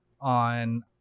on